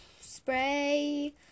spray